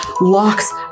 locks